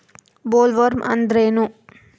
Bollworm ಅಂದ್ರೇನು?